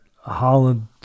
Holland